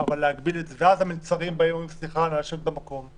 אבל להגביל את זה ואז המלצרים באים ומבקשים לשבת במקום.